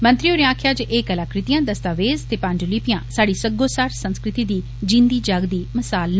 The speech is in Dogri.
मंत्री हारे आक्खेआ जे एह् कलाकृतियां दस्तावेज़ ते पाण्डुलिपियां साढ़ी सग्गोसार संस्कृति दी जींदी जागदी मिसाल न